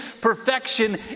perfection